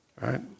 Right